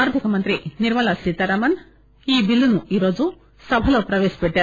ఆర్గికమంత్రి నిర్మలా సీతారామన్ ఈ బిల్లును ఈరోజు సభలో ప్రవేశపెట్టారు